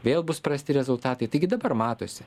vėl bus prasti rezultatai taigi dabar matosi